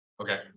Okay